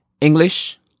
English